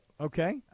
Okay